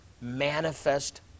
manifest